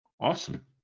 awesome